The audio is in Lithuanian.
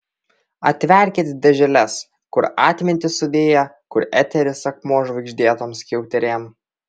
atverkit dėželes kur atmintį sudėję kur eteris akmuo žvaigždėtom skiauterėm